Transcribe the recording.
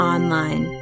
Online